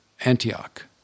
Antioch